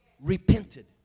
repented